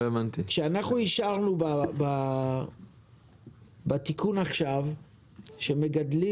כשאנחנו אישרנו בתיקון עכשיו שמגדלים